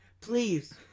please